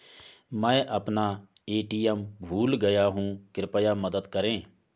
मैं अपना ए.टी.एम भूल गया हूँ, कृपया मदद करें